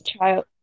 Child